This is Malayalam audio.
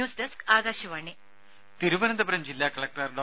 ന്യൂസ് ഡെസ്ക് ആകാശവാണി രുമ തിരുവനന്തപുരം ജില്ലാ കളക്ടർ ഡോ